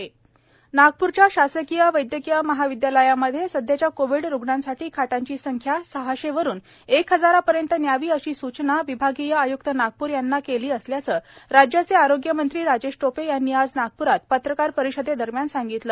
आरोग्य मंत्री राजेश टोपे नागपूरच्या शासकीय वैद्यकीय महाविद्यालयामध्ये सध्याच्या कोवीड रुग्णांसाठी सहाशे बेडच्या संख्येवरून एक हजार पर्यंत न्यावी अशी सूचना आपण विभागीय आयुक्त नागपूर यांना केली असल्याचं राज्याचे आरोग्य मंत्री राजेश टोपे यांनी आज नागपूरात पत्रकार परिषदेदरम्यान सांगितलं